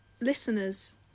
listeners